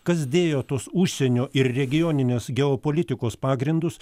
kas dėjo tuos užsienio ir regioninės geopolitikos pagrindus